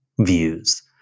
views